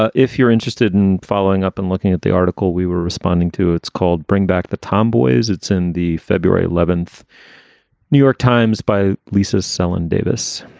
ah if you're interested in following up and looking at the article we were responding to. it's called bring back the tomboys. it's in the february eleventh new york times by lisas celan davis.